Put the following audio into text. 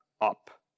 up